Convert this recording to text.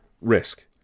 Risk